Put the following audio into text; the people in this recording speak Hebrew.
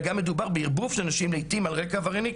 גם מדובר בערבוב של אנשים לעתים על רקע עברייני,